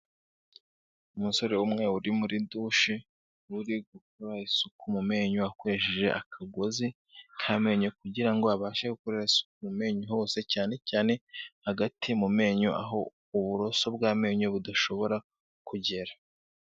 Umusore umwe uri muri douche uri gukora isuku mu menyo akoresheje akagozi kamenyo, kugirango abashe mu menyo hose cyane cyane hagati mu menyo aho uburoso bw'amenyo budashobora kugera.